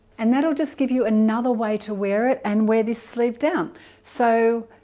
and that'll just give you another way to wear it and wear this sleeve down so